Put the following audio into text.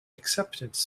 acceptance